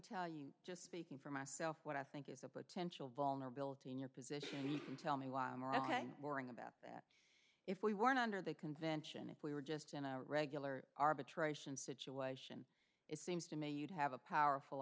tell you just beaking for myself what i think is a potential vulnerability in your position you can tell me where i'm boring about if we weren't under the convention if we were just in a regular arbitration situation it seems to me you'd have a powerful